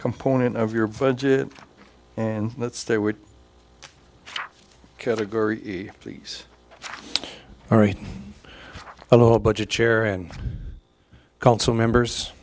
component of your budget and let's stay with category a please all right i'll budget chair and council members